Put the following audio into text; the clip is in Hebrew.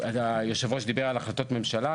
היושב-ראש דיבר על החלטות ממשלה,